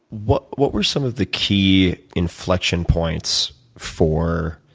what what were some of the key inflections points for